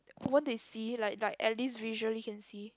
won't they see like like at least visually you can see